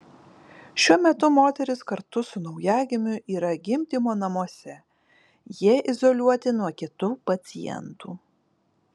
šiuo metu moteris kartu su naujagimiu yra gimdymo namuose jie izoliuoti nuo kitų pacientų